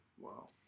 Wow